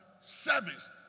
service